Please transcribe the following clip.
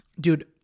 Dude